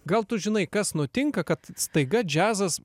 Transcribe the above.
gal tu žinai kas nutinka kad staiga džiazas